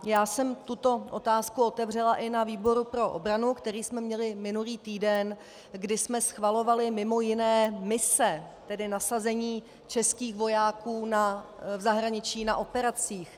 Já jsem tuto otázku otevřela i na výboru pro obranu, který jsme měli minulý týden, kdy jsme schvalovali mimo jiné mise, tedy nasazení českých vojáků na zahraničních operacích.